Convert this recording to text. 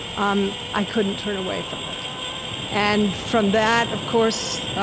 um i couldn't turn away from it and from that, of course,